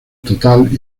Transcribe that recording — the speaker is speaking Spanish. total